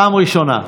פעם ראשונה.